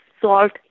salt